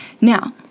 Now